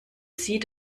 sie